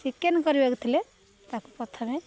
chicken କରିବାକୁ ଥିଲେ ତାକୁ ପ୍ରଥମେ